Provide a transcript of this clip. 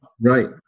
right